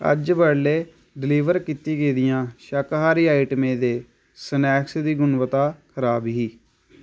अज्ज बडलै डिलीवर कीती गेदियें शाकाहारी आइटमें ते स्नैक्स दी गुणवत्ता खराब ही